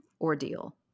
ordeal